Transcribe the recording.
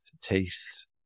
taste